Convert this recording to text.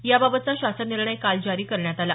याबाबतचा शासन निर्णय काल जारी करण्यात आला